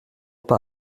pas